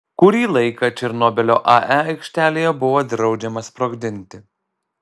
kurį laiką černobylio ae aikštelėje buvo draudžiama sprogdinti